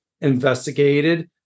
investigated